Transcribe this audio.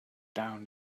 down